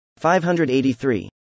583